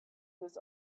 his